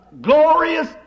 Glorious